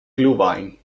glühwein